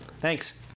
Thanks